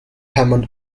hammond